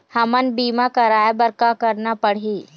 हमन बीमा कराये बर का करना पड़ही?